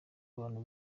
abantu